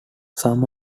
some